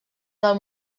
del